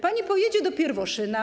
Pani pojedzie do Pierwoszyna.